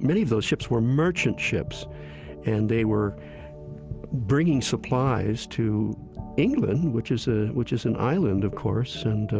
many of those ships were merchant ships and they were bringing supplies to england which is ah which is an island of course, and